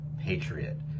patriot